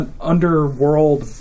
underworld